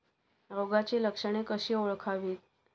रोगाची लक्षणे कशी ओळखावीत?